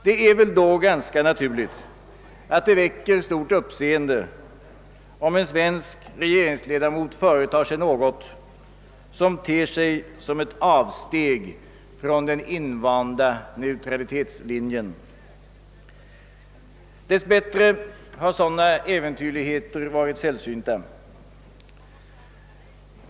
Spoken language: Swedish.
Det är väl då ganska naturligt att det väcker stort uppseende om en svensk regeringsledamot företar sig något som ter sig som ett avsteg från den invanda neutralitetslinjen. Dess bättre har sådana äventyrligheter varit sällsynta.